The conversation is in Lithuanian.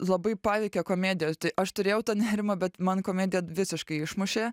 labai paveikia komedijos tai aš turėjau tą nerimą bet man komedija visiškai išmušė